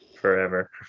forever